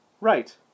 Right